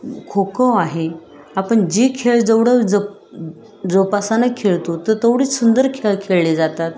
खो खो आहे आपण जे खेळ जेवढं ज जोपासानं खेळतो तर तेवढ सुंदर खेळ खेळले जातात